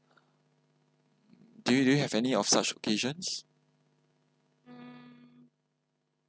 do you do you have any of such occasions